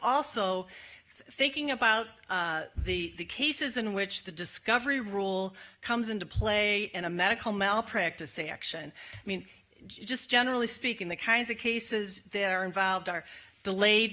also thinking about the cases in which the discovery rule comes into play in a medical malpractise a action i mean just generally speaking the kinds of cases they are involved are delayed